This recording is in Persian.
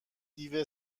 دیو